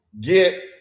get